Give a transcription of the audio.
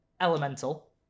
Elemental